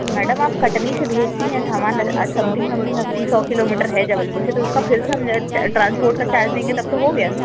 तो मैडम आप कटनी से भेजती हैं सामान समथिंग समथिंग अस्सी सौ किलोमीटर है जबलपुर से तो उसका फिर से हम ट्रांसपोर्ट का चार्ज देंगे तब तो हो गया